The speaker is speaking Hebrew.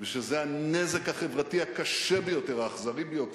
וזה הנזק החברתי הקשה ביותר, האכזרי ביותר.